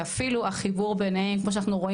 ואפילו החיבור ביניהם כמו שאנחנו רואים